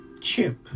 chip